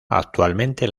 actualmente